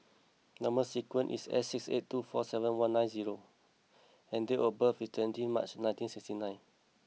number sequence is S six eight two four seven one nine zero and date of birth is twenty March nineteen sixty nine